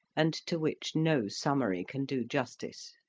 and to which no summary can do justice.